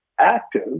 active